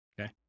okay